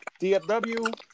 DFW